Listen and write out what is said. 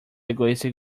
egoistic